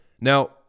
Now